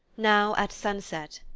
now, at sunset,